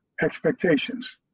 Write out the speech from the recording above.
expectations